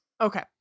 okay